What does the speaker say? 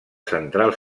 central